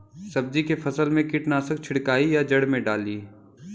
सब्जी के फसल मे कीटनाशक छिड़काई या जड़ मे डाली?